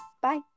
Bye